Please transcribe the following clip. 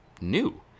new